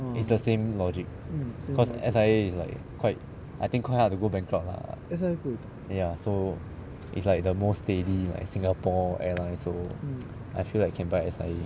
it's the same logic because S_I_A is like quite I think quite hard to go bankrupt lah ya so it's like the most steady like Singapore Airlines so I feel like I can buy S_I_A